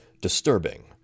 disturbing